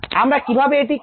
আমরা কীভাবে এটি করব